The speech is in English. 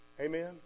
Amen